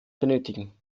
benötigen